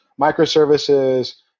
Microservices